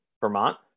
Vermont